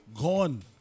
gone